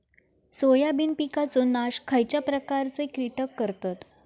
Soybean पिकांचो नाश खयच्या प्रकारचे कीटक करतत?